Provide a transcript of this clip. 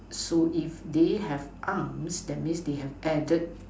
so if they have arms that means they have added